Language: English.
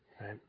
right